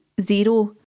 zero